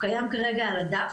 הוא קיים כרגע על הדף,